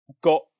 got